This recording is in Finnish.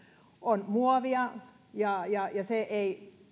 on muovia ja ja se ei